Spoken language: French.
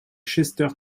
chester